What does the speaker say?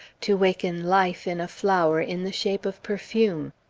to waken life in a flower in the shape of perfume.